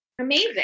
Amazing